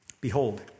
Behold